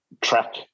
track